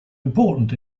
important